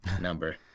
number